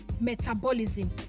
metabolism